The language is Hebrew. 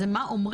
זה מה אומרים,